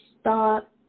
stop